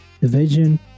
division